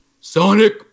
Sonic